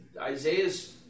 Isaiah's